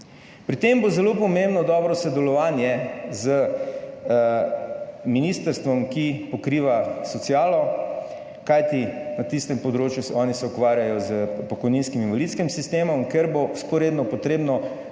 Pri tem bo zelo pomembno dobro sodelovanje z ministrstvom, ki pokriva socialo, kajti na tistem področju oni se ukvarjajo s pokojninskim in invalidskim sistemom, ker bo vzporedno potrebno